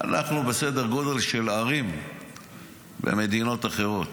אנחנו בסדר גודל של ערים במדינות אחרות.